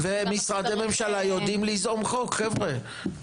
ומשרדי הממשלה יודעים ליזום חוק, חבר'ה.